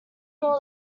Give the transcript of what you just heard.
more